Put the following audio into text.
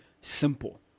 simple